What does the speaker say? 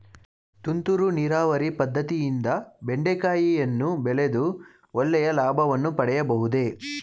ತುಂತುರು ನೀರಾವರಿ ಪದ್ದತಿಯಿಂದ ಬೆಂಡೆಕಾಯಿಯನ್ನು ಬೆಳೆದು ಒಳ್ಳೆಯ ಲಾಭವನ್ನು ಪಡೆಯಬಹುದೇ?